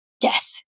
death